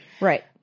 Right